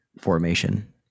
formation